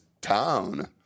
town